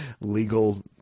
legal